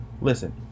Listen